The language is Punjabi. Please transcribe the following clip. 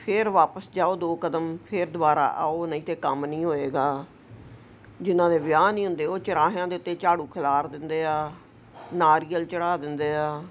ਫਿਰ ਵਾਪਸ ਜਾਓ ਦੋ ਕਦਮ ਫਿਰ ਦੁਬਾਰਾ ਆਓ ਨਹੀਂ ਤਾਂ ਕੰਮ ਨਹੀਂ ਹੋਵੇਗਾ ਜਿਹਨਾਂ ਦੇ ਵਿਆਹ ਨਹੀਂ ਹੁੰਦੇ ਉਹ ਚੋਰਾਹਿਆਂ ਦੇ ਉੱਤੇ ਝਾੜੂ ਖਿਲਾਰ ਦਿੰਦੇ ਆ ਨਾਰੀਅਲ ਚੜਾ ਦਿੰਦੇ ਆ